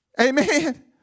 Amen